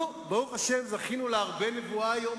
נו, ברוך השם, זכינו להרבה נבואה היום